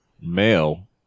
male